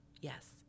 Yes